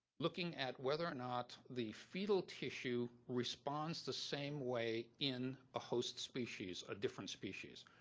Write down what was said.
looking at whether or not the fetal tissue responds the same way in a host species a different species.